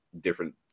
different